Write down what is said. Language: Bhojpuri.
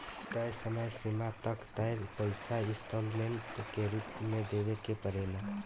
तय समय सीमा तक तय पइसा इंस्टॉलमेंट के रूप में देवे के पड़ेला